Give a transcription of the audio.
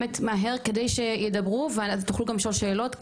באמת מהר כדי שידברו ותוכלו לשאול שאלות,